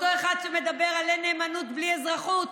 אותו אחד שמדבר על אין נאמנות בלי אזרחות,